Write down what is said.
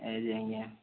ଆଏ ଯେ ଆଜ୍ଞା